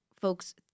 folks